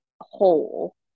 hole